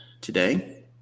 today